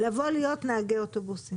איך לבוא להיות נהגי אוטובוסים?